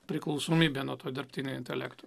priklausomybė nuo to dirbtinio intelekto